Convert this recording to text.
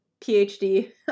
PhD